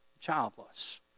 childless